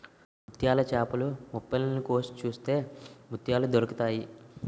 ముత్యాల చేపలు మొప్పల్ని కోసి చూస్తే ముత్యాలు దొరుకుతాయి